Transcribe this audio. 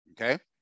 okay